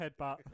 headbutt